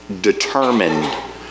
determined